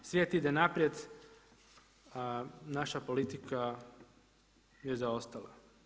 Svijet ide naprijed, naša politika je zaostala.